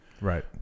Right